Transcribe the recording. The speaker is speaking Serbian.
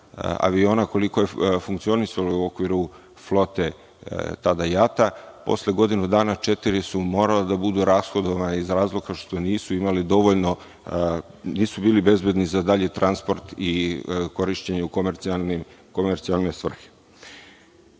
aviona, koliko ih je funkcionisalo u okviru flote, tada JAT-a, posle godinu dana četiri su morala da budu rashodovana iz razloga što nisu bili bezbedni za dalji transport i korišćenje u komercijalne svrhe. Ja